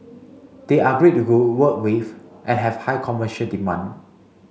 they are great to go work with and have high commercial demand